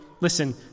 listen